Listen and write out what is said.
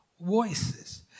Voices